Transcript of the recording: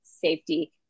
safety